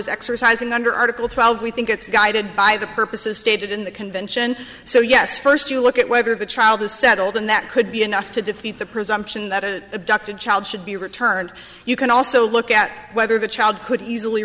is exercising under article twelve we think it's guided by the purposes stated in the convention so yes first you look at whether the child is settled and that could be enough to defeat the presumption that a abducted child should be returned you can also look at whether the child could easily